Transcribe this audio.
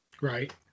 Right